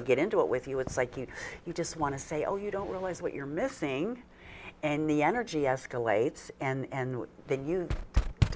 they get into it with you it's like you you just want to say oh you don't realize what you're missing and the energy escalates and then you